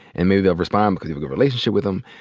and maybe they'll respond because of your relationship with them.